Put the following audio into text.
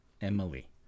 Emily